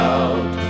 out